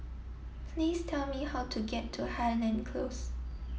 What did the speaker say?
please tell me how to get to Highland Close